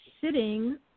sitting